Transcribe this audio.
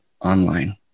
online